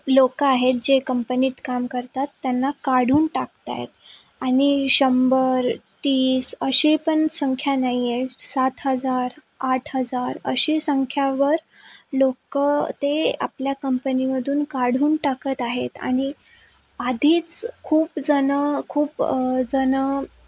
लोक आहेत जे कंपनीत काम करतात त्यांना काढून टाकत आहेत आणि शंभर तीस असे पण संख्या नाही आहे सात हजार आठ हजार अशी संख्यावर लोक ते आपल्या कंपनीमधून काढून टाकत आहेत आणि आधीच खूप जण खूप जण